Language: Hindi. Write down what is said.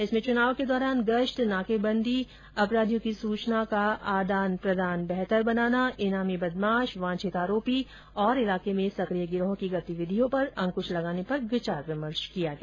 इसमें चुनाव के दौरान गश्त नाकेबंदी अपराधियों की सुचनाओं का आदान प्रदान बेहतर बनाना इनामी बदमाश वांछित आरोपी और इलाके में सक्रिय गिरोह की गतिविधियों पर अंकुश लगाने पर विचार विमर्श किया गया